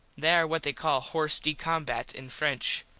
they are what they call hors de combat in french.